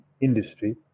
industry